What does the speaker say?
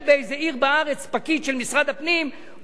הוא לא שם לב אם אתה עולה חדש או לא עולה חדש,